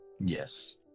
Yes